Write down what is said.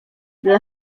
dla